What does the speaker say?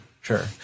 sure